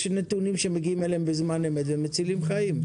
יש נתונים שמגיעים אליהם בזמן אמת והם מצילים חיים.